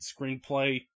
screenplay